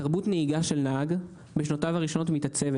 תרבות נהיגה של נהג מתעצבת בשנותיו הראשונות.